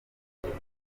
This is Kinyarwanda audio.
amazi